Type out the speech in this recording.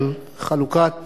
על חלוקת